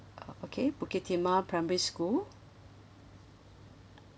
oh okay bukit timah primary school